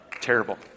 terrible